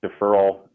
deferral